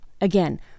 Again